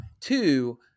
two